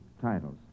titles